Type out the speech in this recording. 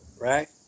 right